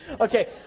Okay